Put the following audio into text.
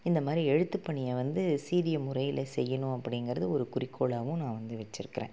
இந்தமாதிரி எழுத்து பணியை வந்து சீரிய முறையில் செய்யணும் அப்பிடிங்கிறது ஒரு குறிக்கோளாகவும் நான் வந்து வச்சிருக்கிறேன்